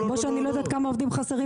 כמו שאני לא יודעת כמה עובדים חסרים